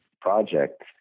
project